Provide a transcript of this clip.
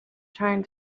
trying